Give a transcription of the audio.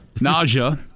nausea